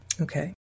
okay